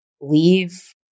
leave